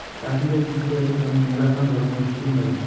চাষীদের কৃষিকাজের তন্ন মেলাছান রকমের স্কিম পাইচুঙ